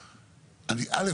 א',